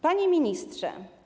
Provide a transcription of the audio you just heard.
Panie Ministrze!